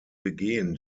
begehen